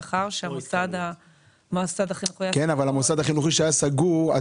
מאחר שהמוסד החינוכי היה סגור.